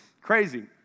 crazy